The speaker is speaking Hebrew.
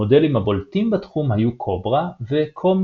המודלים הבולטים בתחום היו CORBA ו-DCOM/COM.